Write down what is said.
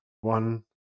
one